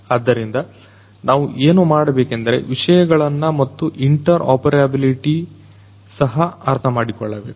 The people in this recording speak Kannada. ಆದ್ದರಿಂದ ನಾವು ಏನು ಮಾಡಬೇಕೆಂದರೆ ವಿಷಯಗಳನ್ನು ಮತ್ತು ಇಂಟರ್ ಆಪರೆಬಲಿಟಿ ಸಹ ಅರ್ಥಮಾಡಿಕೊಳ್ಳಬೇಕು